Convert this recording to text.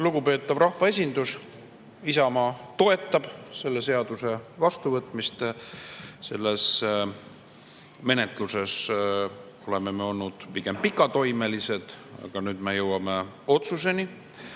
Lugupeetav rahvaesindus! Isamaa toetab selle seaduse vastuvõtmist. Selles menetluses oleme olnud pigem pikatoimelised, aga nüüd me jõuame otsuseni.